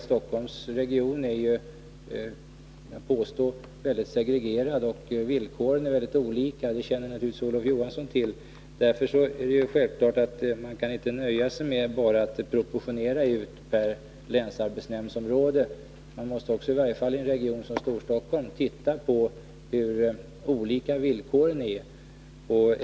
Stockholmsregionen är, påstås det, väldigt segregerad, och villkoren är mycket olika. Det känner naturligtvis Olof Johansson till. Därför är det självklart att man inte kan nöja sig med att bara proportionera ut ungdomsplatser per länsarbetsnämndsområde. Man måste också — i varje fall i en region som Storstockholm — se på hur olika villkoren är.